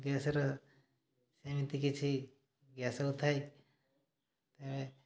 ଗ୍ୟାସ୍ର ସେମିତି କିଛି ଗ୍ୟାସ୍ ହେଉଥାଏ